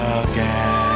again